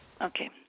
Okay